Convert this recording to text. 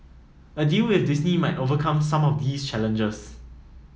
a deal with Disney might overcome some of these challenges